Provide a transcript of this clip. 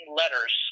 letters